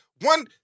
One